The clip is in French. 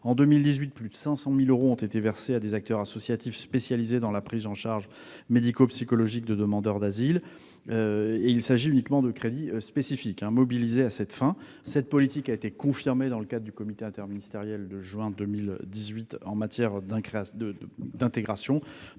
En 2018, plus de 500 000 euros ont été versés à des acteurs associatifs spécialisés dans la prise en charge médico-psychologique de demandeurs d'asile. Il s'agit bien de crédits spécifiques, mobilisés à cette seule fin. Cette politique a été confirmée dans le cadre du comité interministériel à l'intégration